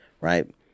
right